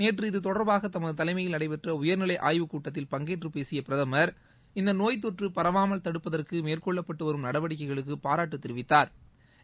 நேற்று இது தொடர்பாக தமது தலைமையில் நடைபெற்ற உயர்நிலை ஆய்வுக் கூட்டத்தில் பங்கேற்று பேசிய பிரதமர் இந்த நோய் தொற்று பரவாமல் தடுப்பதற்கு மேற்கொள்ளப்பட்டு வரும் நடவடிக்கைகளுக்கு பாராட்டு தெரிவித்தாா்